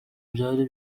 byari